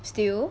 still